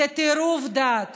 זה טירוף דעת